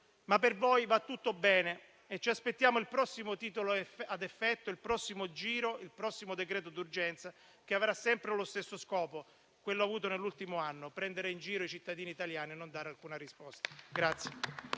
Ma per voi va tutto bene e ci aspettiamo il prossimo titolo a effetto, il prossimo giro, il prossimo decreto d'urgenza che avrà sempre lo stesso scopo, quello avuto nell'ultimo anno: ossia prendere in giro i cittadini italiani e non dare alcuna risposta.